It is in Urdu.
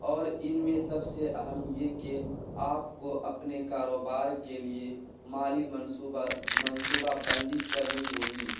اور ان میں سب سے اہم یہ کہ آپ کو اپنے کاروبار کے لیے مالی منصوبہ منصوبہ بندی کرنی ہوگی